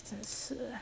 真是的